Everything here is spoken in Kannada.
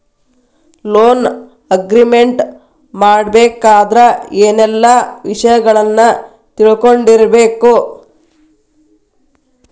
ಲೊನ್ ಅಗ್ರಿಮೆಂಟ್ ಮಾಡ್ಬೆಕಾದ್ರ ಏನೆಲ್ಲಾ ವಿಷಯಗಳನ್ನ ತಿಳ್ಕೊಂಡಿರ್ಬೆಕು?